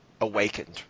awakened